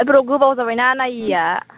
एबाराव गोबाव जाबायना नायिआ